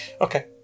Okay